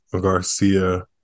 Garcia